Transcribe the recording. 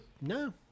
No